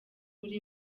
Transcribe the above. uri